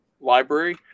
library